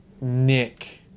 Nick